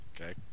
Okay